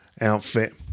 outfit